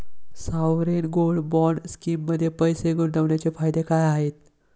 Sovereign gold bond स्कीममध्ये पैसे गुंतवण्याचे फायदे काय आहेत?